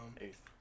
eighth